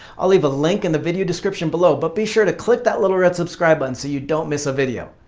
i'll leave a link in the video description below but be sure to click that little red subscribe button so you don't miss a video.